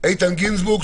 איתן גינזבורג,